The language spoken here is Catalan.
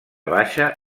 baixa